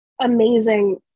amazing